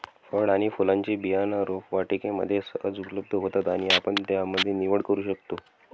फळ आणि फुलांचे बियाणं रोपवाटिकेमध्ये सहज उपलब्ध होतात आणि आपण त्यामध्ये निवड करू शकतो